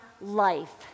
life